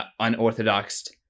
unorthodoxed